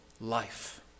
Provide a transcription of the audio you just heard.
life